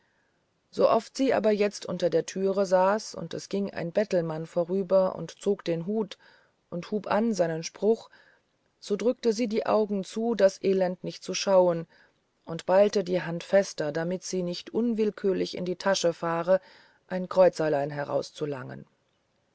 sooft sie aber jetzt unter der türe saß und es ging ein bettelmann vorüber und zog den hut und hub an seinen spruch so drückte sie die augen zu das elend nicht zu schauen sie ballte die hand fester damit sie nicht unwillkürlich in die tasche fahre ein kreuzerlein herauszulangen